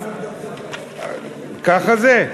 הוא הלך, ככה זה?